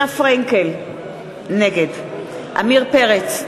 נגד עמיר פרץ,